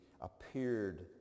appeared